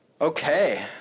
Okay